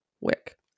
Wick